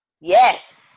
Yes